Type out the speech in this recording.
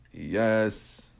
Yes